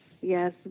Yes